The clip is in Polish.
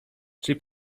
czyli